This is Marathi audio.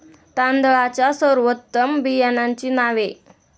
तांदळाच्या सर्वोत्तम बियाण्यांची नावे?